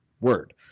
word